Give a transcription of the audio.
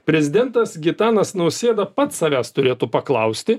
prezidentas gitanas nausėda pats savęs turėtų paklausti